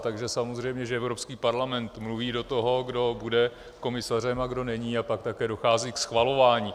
Takže samozřejmě že Evropský parlament mluví do toho, kdo bude komisařem a kdo není, a pak také dochází ke schvalování.